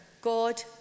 God